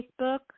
Facebook